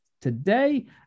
today